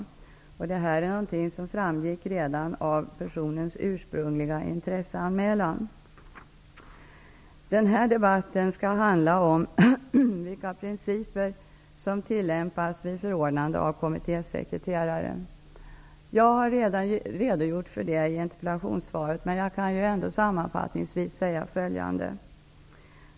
Detta framgick redan av personens ursprungliga intresseanmälan. Den här debatten skall handla om vilka principer som tillämpas vid förordnande av kommitténs sekreterare. Jag har redogjort för det i interpellationssvaret, men jag kan ändå sammanfattningsvis säga följande.